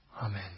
Amen